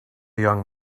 young